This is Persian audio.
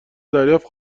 دریافت